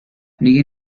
دیگه